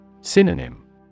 Synonym